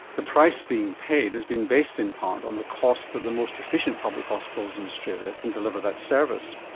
the price being paid has been based in part on the cost that the most efficient public hospitals in australia can deliver that service.